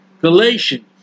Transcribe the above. Galatians